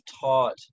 taught